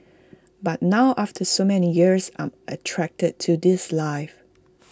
but now after so many years I'm attracted to this life